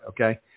okay